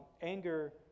anger